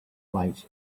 lights